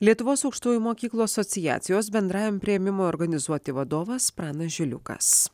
lietuvos aukštųjų mokyklų asociacijos bendrajam priėmimui organizuoti vadovas pranas žiliukas